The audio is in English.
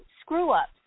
screw-ups